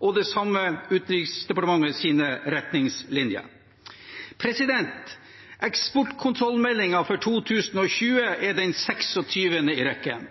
og det samme med Utenriksdepartementets retningslinjer. Eksportkontrollmeldingen for 2020 er den 26. i rekken.